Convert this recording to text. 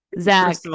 Zach